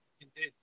indeed